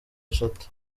eshatu